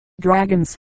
dragons